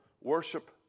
worship